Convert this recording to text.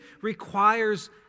requires